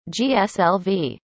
GSLV